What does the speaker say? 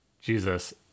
Jesus